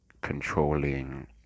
controlling